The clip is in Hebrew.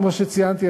כמו שציינתי,